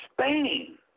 Spain